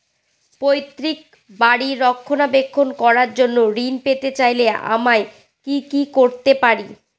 পৈত্রিক বাড়ির রক্ষণাবেক্ষণ করার জন্য ঋণ পেতে চাইলে আমায় কি কী করতে পারি?